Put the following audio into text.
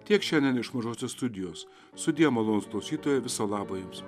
tiek šiandien iš mažosios studijos sudie malonūs klausytojai viso labo jums